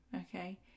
Okay